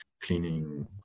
cleaning